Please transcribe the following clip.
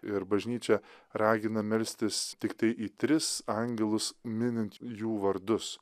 ir bažnyčia ragina melstis tiktai į tris angelus minint jų vardus